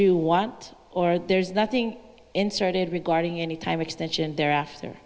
you want or there's nothing inserted regarding any time extension there